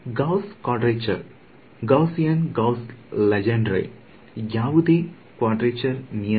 Gauss quadrature Gaussian Gauss Legendre ಯಾವುದೇ ಚತುರ್ಭುಜ ನಿಯಮ